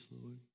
Lord